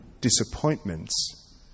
disappointments